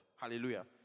Hallelujah